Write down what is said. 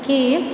कि